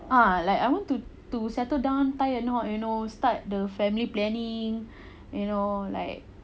ah I like I want to to settle down tie a knot you know start the family planning you know like